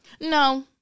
No